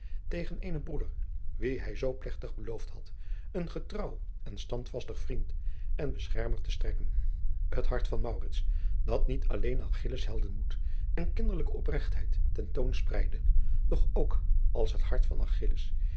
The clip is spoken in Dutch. tegen eenen broeder wien hij zoo plechtig beloofd had een getrouw en standvastig vriend en beschermer te strekken het hart van maurits dat niet alleen achilles heldenmoed en kinderlijke oprechtheid ten toon spreidde doch ook als het hart van